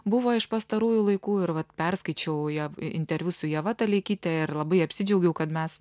buvo iš pastarųjų laikų ir vat perskaičiau jo interviu su ieva toleikyte ir labai apsidžiaugiau kad mes